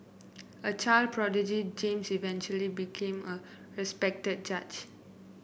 a child prodigy James eventually became a respected judge